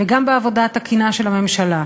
וגם בעבודה התקינה של הממשלה,